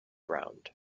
round